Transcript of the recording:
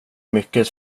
mycket